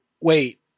wait